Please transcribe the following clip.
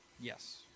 Yes